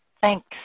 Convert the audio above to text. Thanks